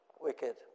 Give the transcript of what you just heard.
wicked